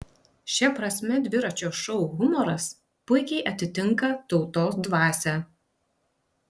šia prasme dviračio šou humoras puikiai atitinka tautos dvasią